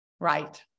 Right